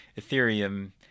Ethereum